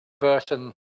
version